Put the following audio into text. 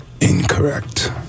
Incorrect